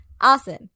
Awesome